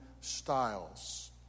styles